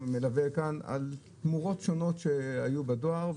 על תמורות שונות שהיו בדואר.